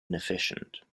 inefficient